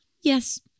Yes